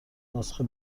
نسخه